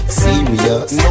serious